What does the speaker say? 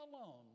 alone